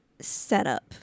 setup